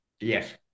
Yes